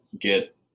get